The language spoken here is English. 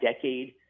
decade